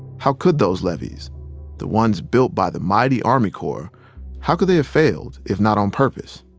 how could those levees the ones built by the mighty army corps how could they have failed, if not on purpose?